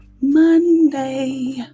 Monday